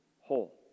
whole